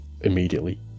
immediately